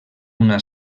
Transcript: una